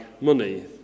money